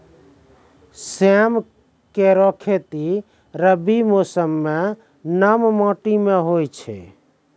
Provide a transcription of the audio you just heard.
सेम केरो खेती रबी मौसम म नम माटी में होय छै